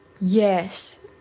Yes